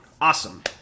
Awesome